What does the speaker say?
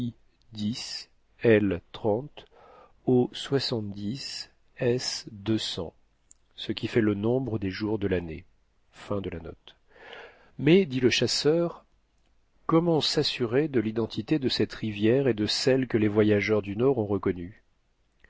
ce qui fait le nombre des jours de l'année peu importe après tout puisqu'il a dû livrer enfin le secret de ses sources mais dit le chasseur comment s'assurer de l'identité de cette rivière et de celle que les voyageurs du nord ont reconnue